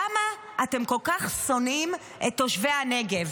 למה אתם כל כך שונאים את תושבי הנגב?